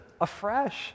afresh